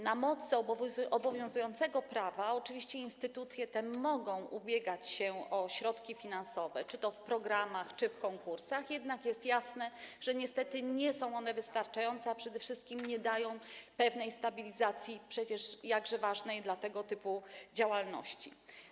Na mocy obowiązującego prawa oczywiście instytucje te mogą ubiegać się o środki finansowe czy to w programach, czy to w konkursach, jednak jest jasne, że niestety nie są one wystarczające, a przede wszystkim nie dają pewnej stabilizacji, jakże ważnej dla tego typu działalności.